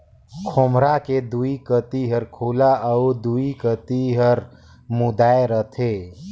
खोम्हरा के दुई कती हर खुल्ला अउ दुई कती हर मुदाए रहथे